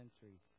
centuries